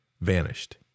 vanished